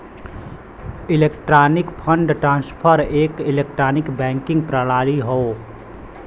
electronic fund transfer एक electronic banking प्रणाली हौ